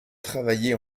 travailler